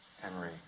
Henry